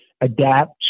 adapt